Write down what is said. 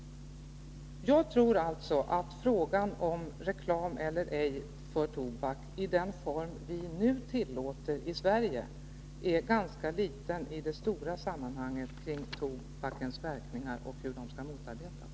Jag tror alltså att frågan om reklam för tobak i den form vi nu tillåter i Sverige är ganska liten i de stora sammanhangen kring tobakens verkningar och hur de skall motarbetas.